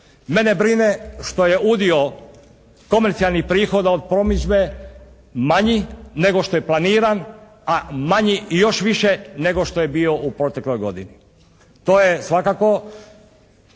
Mene brine što je udio komercijalnih prihoda od promidžbe manji nego što je planiran a manji i još više nego što je bio u protekloj godini. To je svakako